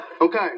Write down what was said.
Okay